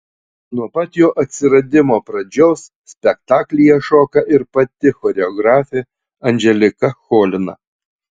nuo pat jo atsiradimo pradžios spektaklyje šoka ir pati choreografė anželika cholina